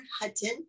Hutton